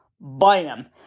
bam